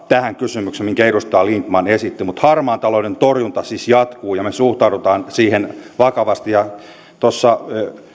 tähän kysymykseen minkä edustaja lindtman esitti harmaan talouden torjunta siis jatkuu ja me suhtaudumme siihen vakavasti tuossa